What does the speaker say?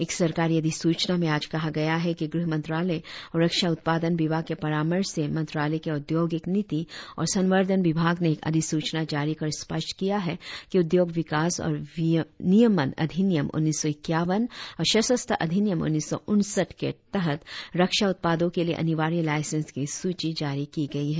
एक सरकारी अधिसूचना में आज कहा गया कि गृह मंत्रालय और रक्षा उत्पादन विभाग के परामर्श से मंत्रालय के औद्योगिक नीति और संवर्धन विभाग ने एक अधिसूचना जारी कर स्पष्ट किया है कि उद्योग विकास और नियमन अधिनियम उन्नीस सौ ईक्यावन और शस्त्र अधिनियम उन्नीस सौ उनसठ के तहत रक्षा उत्पादओ के लिए अनिवार्य लाईसेंस की सूची जारी की गई है